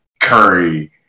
Curry